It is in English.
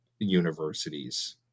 universities